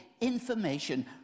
information